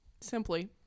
simply